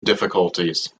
difficulties